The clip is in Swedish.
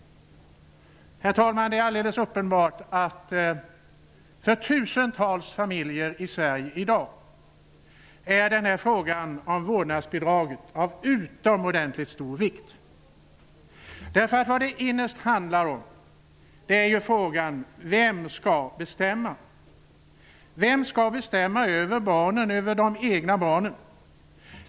Herr talman! Det är alldeles uppenbart att frågan om vårdnadsbidrag är av utomordentligt stor vikt för tusentals familjer i Sverige i dag. Vad det ytterst handlar om är frågan vem som skall bestämma. Vem skall bestämma över de egna barnen?